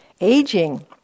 Aging